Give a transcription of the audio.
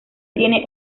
tiene